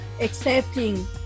accepting